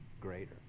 greater